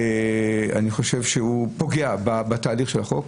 אני חושב שהוא פוגע בתהליך של החוק.